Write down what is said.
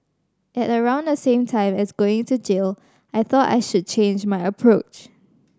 at around the same time as going to jail I thought I should change my approach